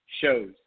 shows